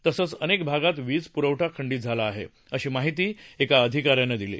तसंच अनेक भागात वीज पुरवठा खंडित झाला आहे अशी माहिती एका अधिका यानं दिली